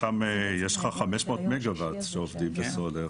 יש לך 500 מגה-וואט שעובדים בסולר.